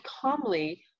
calmly